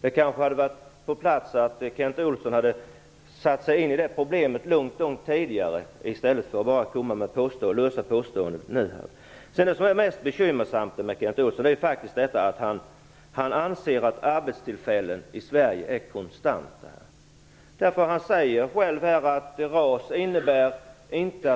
Det kanske hade varit på sin plats att Kent Olsson hade satt sig in i det problemet långt tidigare i stället för att komma med lösa påståenden. Det som är mest bekymmersamt med Kent Olsson är faktiskt att han anser att arbetstillfällen i Sverige är konstanta. Han säger själv att RAS inte innebär